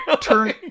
turn